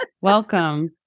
welcome